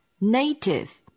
native